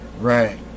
Right